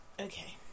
Okay